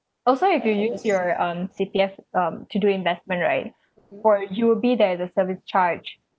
oh so you can use your um C_P_F um to do investment right for U_O_B there's a service charge